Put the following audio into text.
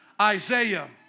Isaiah